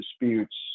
disputes